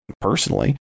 personally